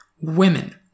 women